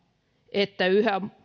että yhä